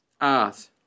Art